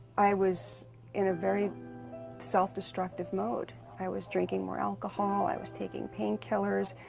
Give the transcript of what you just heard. i was in a very self-destructive mode. i was drinking more alcohol, i was taking painkillers,